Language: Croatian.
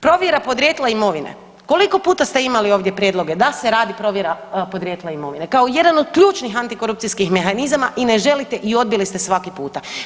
Dakle, provjera podrijetla imovine, koliko puta ste imali ovdje prijedloge da se radi provjera podrijetla imovine kao jedan od ključnih antikorupcijskih mehanizama i ne želite i odbili ste svaki puta.